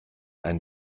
einen